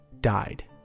died